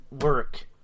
work